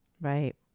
Right